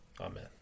Amen